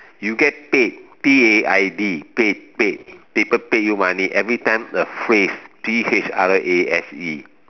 you get paid P A I D paid paid people pay you money every time a phrase P H R A S E